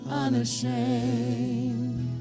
unashamed